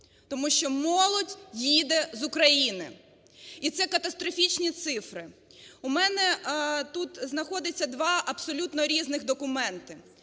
тому що молодь їде з України, і це катастрофічні цифри. У мене тут знаходиться два абсолютно різних документи.